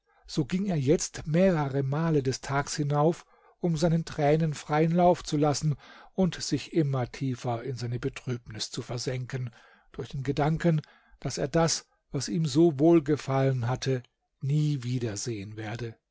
so ging er jetzt mehrere male des tags hinauf um seinen tränen freien lauf zu lassen und sich immer tiefer in seine betrübnis zu versenken durch den gedanken daß er das was ihm so wohlgefallen hatte nie wieder sehen werde